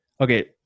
okay